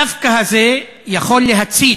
הדווקא הזה יכול להצית